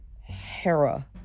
Hera